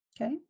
Okay